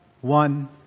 one